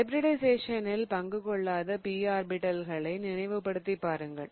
ஹைபிரிடிஷயேசனில் பங்கு கொள்ளாத p ஆர்பிடல்களை நினைவு படுத்திப் பாருங்கள்